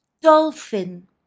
Dolphin